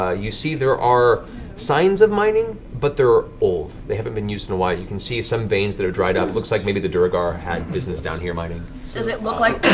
ah you see there are signs of mining, but they're old, they haven't been used in a while. you can see some veins that are dried up. looks like maybe the duergar had business down here mining. marisha does it look like